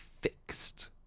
fixed